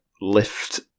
lift